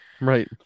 Right